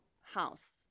house